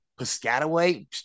Piscataway